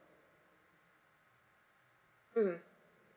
mm